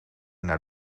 naar